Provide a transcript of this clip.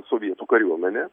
sovietų kariuomenė